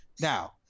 Now